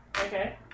Okay